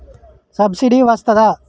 Subsidy వస్తదా?